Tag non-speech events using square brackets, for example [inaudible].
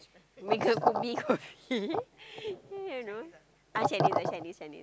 [laughs] you know uh Shanice ah Shanice Shanice